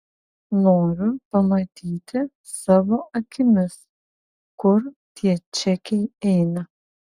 noriu pamatyti savo akimis kur tie čekiai eina